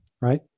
right